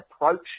approach